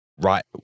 Right